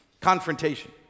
confrontation